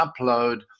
upload